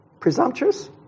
Presumptuous